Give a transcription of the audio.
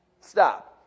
Stop